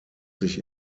sich